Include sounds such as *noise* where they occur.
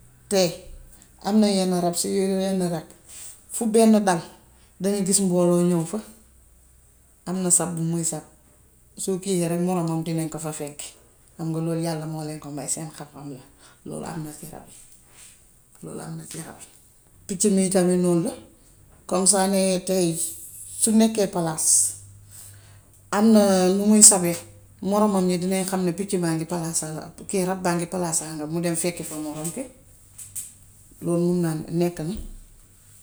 Tay am na yenn rab ci yenn rab, fu benn dal danga gis mbooloo ñów fa. Am na sab bu mooy sab. Su kii yee rekk moroomam dina ko fa fekk. Xam nga loolu yàlla moo leen ko may seen xam-xam la. Loolu am ci rab yi. Picc mii tamit noon la. Comme ça nii tay, su nekkee palaas, am na nu muy sabee moroomam ya dinañ xam ne picc maa ngi palaas sàngam *hesitation* mu def fekk fa. Loolu moom nekk na.